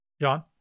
John